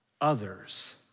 others